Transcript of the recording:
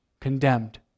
condemned